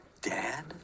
Dad